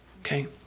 Okay